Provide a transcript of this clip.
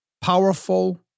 powerful